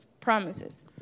promises